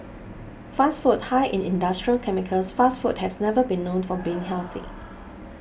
fast food high in industrial chemicals fast food has never been known for being healthy